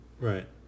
Right